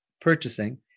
purchasing